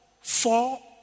four